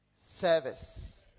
service